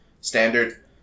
standard